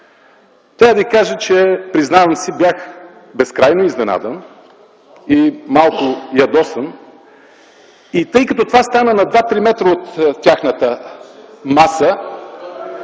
да ви кажа, признавам си, че бях безкрайно изненадан и малко ядосан. Тъй като това стана на два-три метра от тяхната маса...